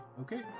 okay